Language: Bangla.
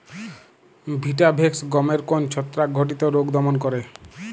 ভিটাভেক্স গমের কোন ছত্রাক ঘটিত রোগ দমন করে?